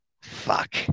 Fuck